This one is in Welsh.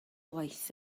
waith